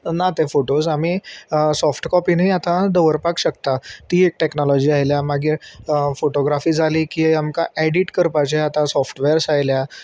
ना ते फोटोज आमी सॉफ्ट कॉपीनूय आतां दवरपाक शकता ती एक टॅक्नोलॉजी आयल्या मागीर फोटोग्राफी जाली की आमकां एडीट करपाचे आतां सॉफ्टवेर्स आयल्या